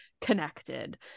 connected